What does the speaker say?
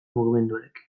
mugimenduarekin